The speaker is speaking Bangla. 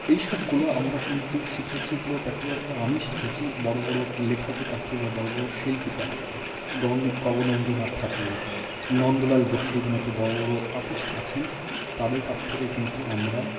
এই সবগুলো আমরা কিন্তু শিখেছি এগুলো ব্যক্তিগতভাবে আমি শিখেছি বড় বড় লেখকের কাছ থেকে বা বড় বড় শিল্পীর কাছ থেকে গগনেন্দ্রনাথ ঠাকুর নন্দলাল বসুর মতো বড় বড় আটিস্ট আছেন তাঁদের কাছ থেকে কিন্তু আমরা